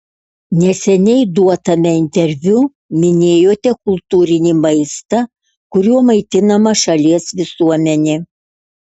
neseniai duotame interviu minėjote kultūrinį maistą kuriuo maitinama šalies visuomenė